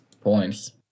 points